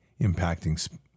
impacting